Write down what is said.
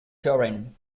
curran